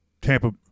Tampa